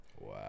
Wow